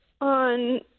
on